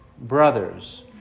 brothers